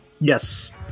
Yes